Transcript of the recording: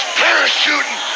parachuting